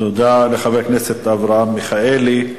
תודה לחבר הכנסת אברהם מיכאלי.